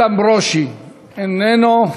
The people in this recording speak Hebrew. איתן ברושי איננו.